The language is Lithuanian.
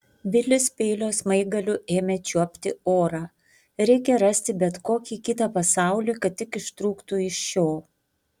vilis peilio smaigaliu ėmė čiuopti orą reikia rasti bet kokį kitą pasaulį kad tik ištrūktų iš šio